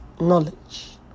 knowledge